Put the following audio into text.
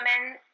women